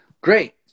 great